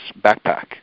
backpack